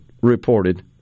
reported